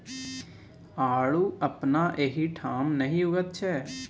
आड़ू अपना एहिठाम नहि उगैत छै